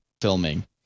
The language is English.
filming